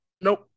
Nope